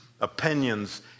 Opinions